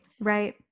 Right